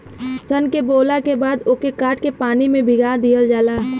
सन के बोवला के बाद ओके काट के पानी में भीगा दिहल जाला